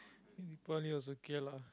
I think was okay lah